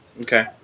okay